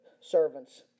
servant's